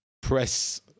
press